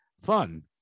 fun